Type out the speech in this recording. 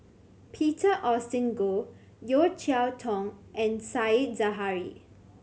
Peter Augustine Goh Yeo Cheow Tong and Said Zahari